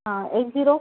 ah eight zero